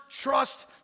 trust